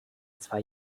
zwei